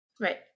right